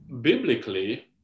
biblically